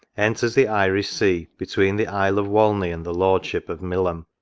enters the irish sea, between the isle of walney and the lordship of milium,